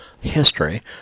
history